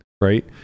right